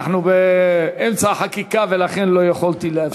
אנחנו באמצע החקיקה ולכן לא יכולתי להפסיק.